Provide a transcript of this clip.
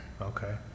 Okay